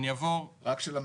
רק של המפורטות.